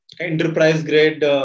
enterprise-grade